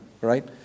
Right